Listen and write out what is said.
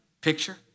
picture